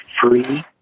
free